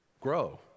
Grow